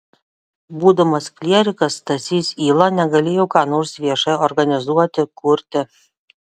būdamas klierikas stasys yla negalėjo ką nors viešai organizuoti kurti